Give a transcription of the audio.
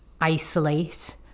isolate